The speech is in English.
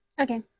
Okay